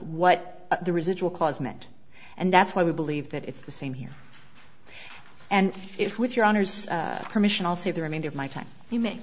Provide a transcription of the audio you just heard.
what the residual clause meant and that's why we believe that it's the same here and if with your honor's permission i'll say the remainder of my time you ma